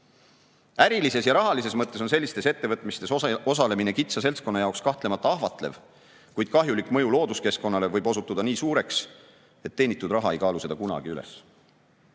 Ärilises ja rahalises mõttes on sellistes ettevõtmistes osalemine kitsa seltskonna jaoks kahtlemata ahvatlev. Kuid kahjulik mõju looduskeskkonnale võib osutuda nii suureks, et teenitud raha ei kaalu seda kunagi üles. Ma